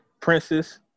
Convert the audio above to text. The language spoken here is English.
Princess